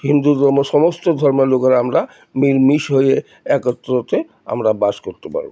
হিন্দু ধর্ম সমস্ত ধর্মের লোকেরা আমরা মিল মিশ হয়ে একত্রতে আমরা বাস করতে পারব